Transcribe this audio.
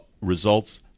results